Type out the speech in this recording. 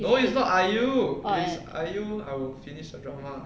no it's not iu if it's iu I would finished the drama